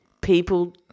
people